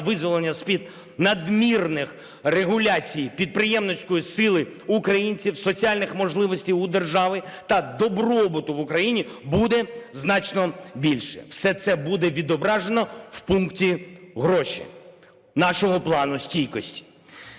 визволення з-під надмірних регуляцій підприємницької сили українців, соціальних можливостей у держави та добробуту в Україні буде значно більше. Все це буде відображено в пункті "Гроші" нашого Плану стійкості.